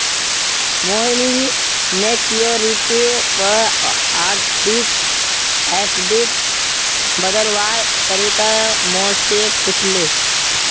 मोहिनी मैच्योरिटीर पर आरडीक एफ़डीत बदलवार तरीका मो से पूछले